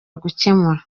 gukemura